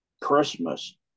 Christmas